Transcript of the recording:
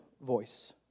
voice